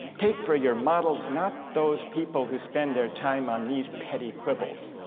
take for your models not those people who spend their time on these petty quibbles,